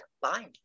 fine